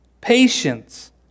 patience